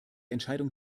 entscheidung